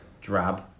drab